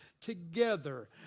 together